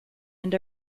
and